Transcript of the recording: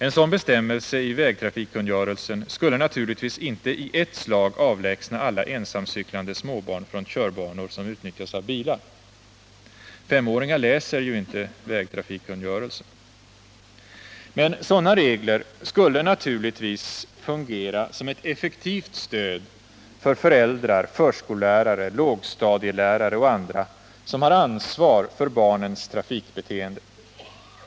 En sådan bestämmelse i vägtrafikkungörelsen skulle naturligtvis inte i ett slag avlägsna alla ensamcyklande småbarn från körbanor som utnyttjas av bilar. Femåringar läser ju inte vägtrafikkungörelsen. Men sådana regler skulle givetvis fungera som ett effektivt stöd för föräldrar, förskollärare, lågstadielärare och andra som har ansvar för barnens trafikbeteende.